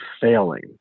failing